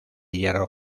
hierro